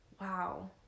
wow